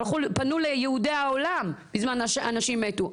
פנו ליהודי העולם בזמן שאנשים מתו'.